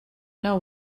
know